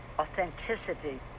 authenticity